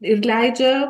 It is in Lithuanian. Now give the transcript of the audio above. ir leidžia